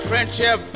friendship